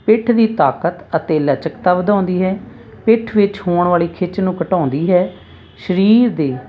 ਪਿੱਠ ਦੀ ਤਾਕਤ ਅਤੇ ਲਚਕਤਾ ਵਧਾਉਂਦੀ ਹੈ ਪਿੱਠ ਵਿੱਚ ਹੋਣ ਵਾਲੀ ਖਿੱਚ ਨੂੰ ਘਟਾਉਂਦੀ ਹੈ ਸਰੀਰ ਦੀ